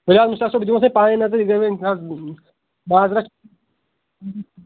سجاد مُشتاق صأب بہٕ دِمو تۄہہِ پانَے نظر یہِ گٔے وۄنۍ معذرت